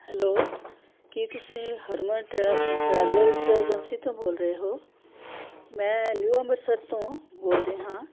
hello ਕੀ ਤੁਸੀਂ ਹਰਮਨ ਟਰੈ ਟਰੈਵਲਰਸ ਏਜੰਸੀ ਤੋਂ ਬੋਲ ਰਹੇ ਹੋ ਮੈਂ ਨਿਊ ਅੰਮ੍ਰਿਤਸਰ ਤੋਂ ਬੋਲ ਰਹੀ ਹਾਂ